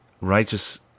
righteous